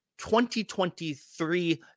2023